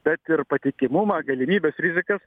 bet ir patikimumą galimybes rizikas